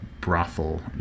brothel